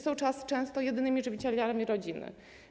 Są one często jedynymi żywicielami rodziny.